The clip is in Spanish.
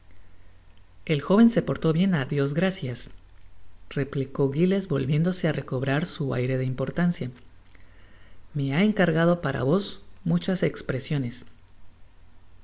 el joven se porta bien á dios gracias replicó giles volviéndo á recobrar su aire de importancia me ha encargado para vos muchas espresiones muy